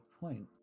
point